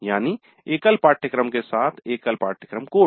यानी एकल पाठ्यक्रम के साथ एकल पाठ्यक्रम कोड